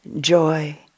joy